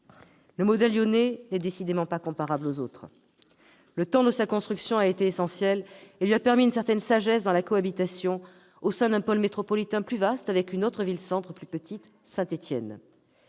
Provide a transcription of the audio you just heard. Le modèle lyonnais n'est décidément pas comparable aux autres. Le temps pris pour sa construction a été essentiel et lui a permis d'atteindre une certaine sagesse en termes de cohabitation, au sein d'un pôle métropolitain plus vaste, avec une autre ville-centre plus petite, Saint-Étienne.